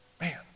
Man